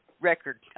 record